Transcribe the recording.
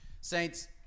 Saints